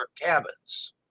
cabins